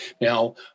Now